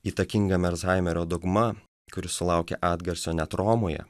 įtakinga mershaimerio dogma kuri sulaukė atgarsio net romoje